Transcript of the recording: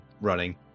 running